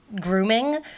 grooming